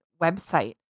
website